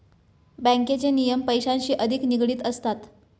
बँकेचे नियम पैशांशी अधिक निगडित असतात